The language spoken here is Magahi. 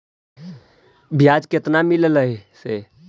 बियाज केतना मिललय से?